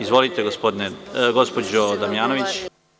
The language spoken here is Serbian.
Izvolite, gospođo Damnjanović.